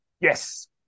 yes